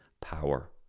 power